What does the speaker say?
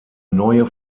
neue